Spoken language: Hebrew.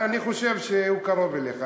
אני חושב שהוא קרוב אליך.